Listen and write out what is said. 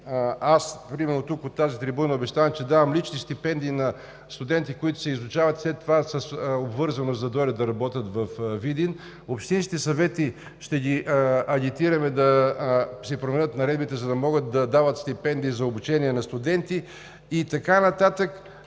Примерно аз от тази трибуна обещавам, че ще давам лични стипендии на студенти, които се изучават с обвързаност, за да дойдат да работят във Видин. Общинските съвети ще ги агитираме да си променят наредбите, за да могат да дават стипендии за обучение на студенти и така нататък.